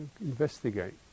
investigate